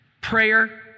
prayer